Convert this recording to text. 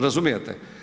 Razumijete?